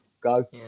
go